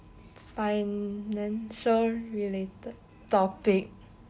financial related topic